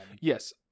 yes